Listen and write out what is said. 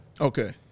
Okay